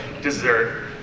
dessert